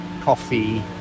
coffee